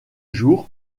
jour